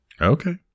Okay